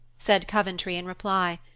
said coventry in reply.